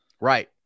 Right